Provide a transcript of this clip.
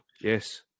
yes